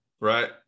right